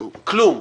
כלום.